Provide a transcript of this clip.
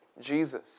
Jesus